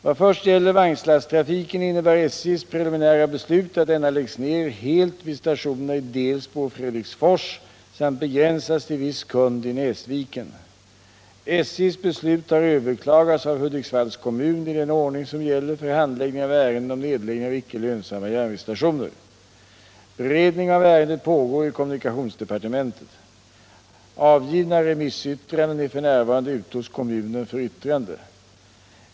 Vad först gäller vagnslasttrafiken innebär SJ:s preliminära beslut att denna läggs ner helt vid stationerna i Delsbo och Fredriksfors samt begränsas till viss kund i Näsviken. SJ:s beslut har överklagats av Hudiksvalls kommun i den ordning som gäller för handläggning av ärenden om nedläggning av icke lönsamma järnvägsstationer. Beredning av ärendet pågår i kommunikationsdepartementet. Avgivna remissyttranden är f.n. ute hos kommunen för yttrande.